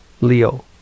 Leo